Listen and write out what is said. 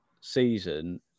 season